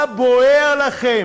מה בוער לכם?